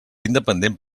independent